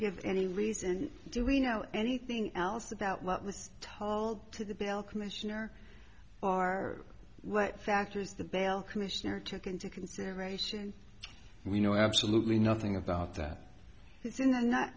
give any reason do we know anything else about what was told to the bail commissioner bar what factors the bail commissioner took into consideration we know absolutely nothing about that it's